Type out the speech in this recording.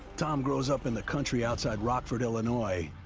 tom grows up in the country outside rockford, illinois,